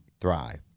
thrive